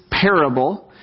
parable